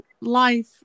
life